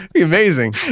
Amazing